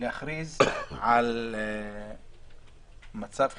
להכריז על מצב חירום,